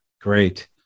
Great